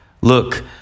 Look